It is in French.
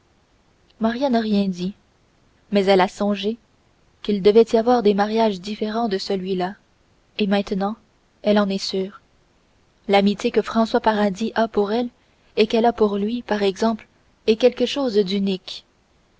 n'a rien dit mais elle a songé qu'il devait y avoir des mariages différents de celui-là et maintenant elle en est sûre l'amitié que françois paradis a pour elle et qu'elle a pour lui par exemple est quelque chose d'unique